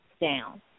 down